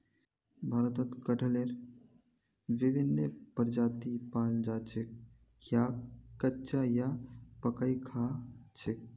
भारतत कटहलेर विभिन्न प्रजाति पाल जा छेक याक कच्चा या पकइ खा छेक